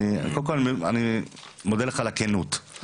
וקודם כל אני מודה לך על הכנות,